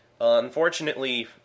unfortunately